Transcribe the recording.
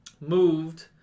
Moved